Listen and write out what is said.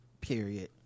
Period